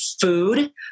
food